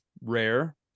rare